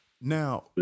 now